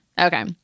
Okay